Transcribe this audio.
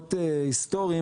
רעיונות היסטוריים,